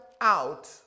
out